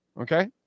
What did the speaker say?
okay